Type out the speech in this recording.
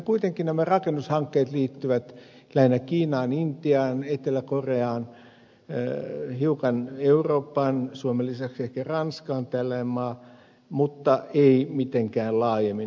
kuitenkin nämä rakennushankkeet liittyvät lähinnä kiinaan intiaan etelä koreaan hiukan eurooppaan suomen lisäksi ehkä ranska on tällainen maa mutta ei mitenkään laajemmin